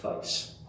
face